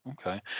okay